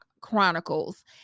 Chronicles